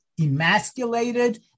emasculated